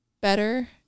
better